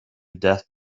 death